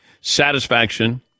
Satisfaction